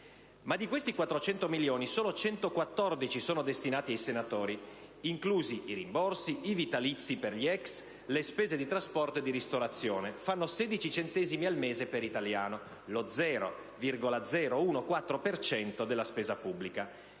Ma di questi 400 milioni solo 114 sono destinati ai senatori, inclusi i rimborsi, i vitalizi per gli ex, le spese di trasporto e di ristorazione: fa 16 centesimi al mese per italiano, lo 0,014 per cento della spesa pubblica,